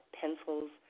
pencils